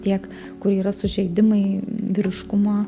tiek kur yra sužeidimai vyriškumo